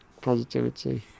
positivity